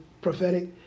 prophetic